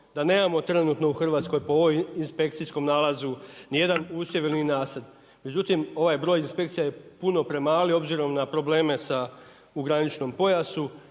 da nemamo trenutno u Hrvatskoj po ovom inspekcijskom nalazu ni jedan usjev ni nasad. Međutim, ovaj broj inspekcija je puno premali obzirom na probleme u graničnom pojasu.